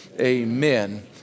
Amen